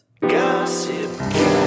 Gossip